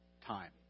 time